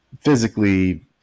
physically